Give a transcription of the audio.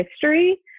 history